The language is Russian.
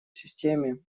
системе